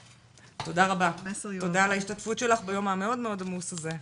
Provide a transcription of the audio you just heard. תודה רבה על ההשתתפות שלך ביום המאוד עמוס הזה.